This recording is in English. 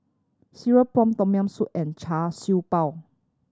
cereal prawn Tom Yam Soup and Char Siew Bao